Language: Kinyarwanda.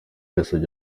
yasabye